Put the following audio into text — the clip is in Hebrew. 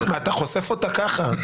אתה חושף אותה ככה.